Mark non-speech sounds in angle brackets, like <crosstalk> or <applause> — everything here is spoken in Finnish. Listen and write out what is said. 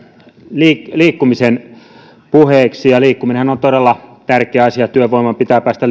liikkumisen puheeksi ja liikkuminenhan on todella tärkeä asia työvoiman pitää päästä <unintelligible>